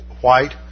white